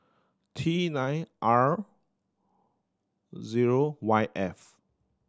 T nine R zero Y F